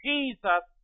Jesus